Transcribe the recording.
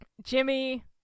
jimmy